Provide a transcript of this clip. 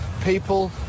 people